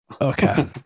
Okay